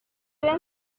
rayon